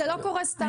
זה לא קורה סתם.